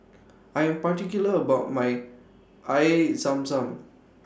I Am particular about My Air Zam Zam